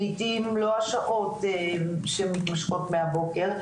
לעיתים לא השעות שמתמשכות מהבוקר,